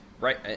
right